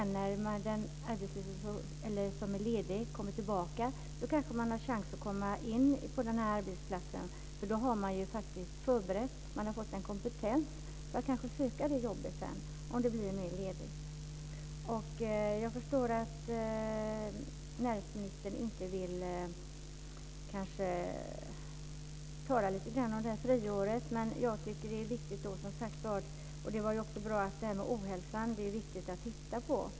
När den som är ledig sedan kommer tillbaka så kanske man har chans att komma in på arbetsplatsen eftersom man då har förberett sig och har fått en kompetens för att söka jobbet om det sedan blir ledigt. Jag förstår att näringsministern kanske inte vill tala så mycket om friåret. Men jag tycker att det är viktigt att titta på det här med ohälsan.